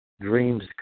dreams